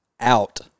out